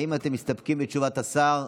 האם אתם מסתפקים בתשובת השר,